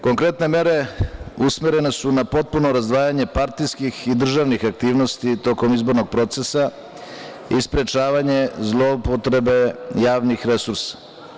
Konkretne mere usmerene su na potpuno razdvajanje partijskih i državnih aktivnosti tokom izbornog procesa i sprečavanje zloupotrebe javnih resursa.